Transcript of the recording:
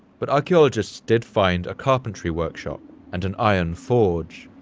but archaeologists did find a carpentry workshop and an iron forge,